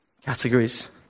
categories